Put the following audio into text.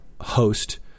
host